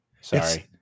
Sorry